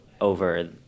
over